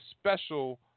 special